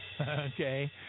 Okay